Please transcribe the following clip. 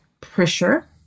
pressure